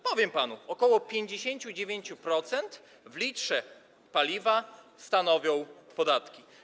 Powiem panu, ok. 59% ceny litra paliwa stanowią podatki.